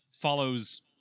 follows